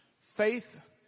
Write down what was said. Faith